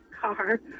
car